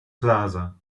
plaza